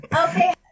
Okay